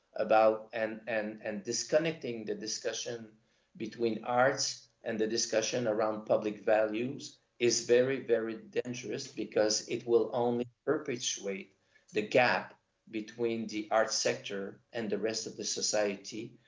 about, and and and disconnecting the discussion between arts and the discussion around public values is very very dangerous, because it will only perpetuate the gap between the arts sector and the rest of the society,